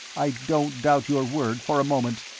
i don't doubt your word for a moment.